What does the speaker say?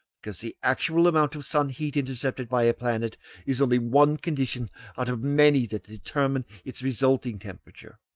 because the actual amount of sun heat intercepted by a planet is only one condition out of many that determine its resulting temperature.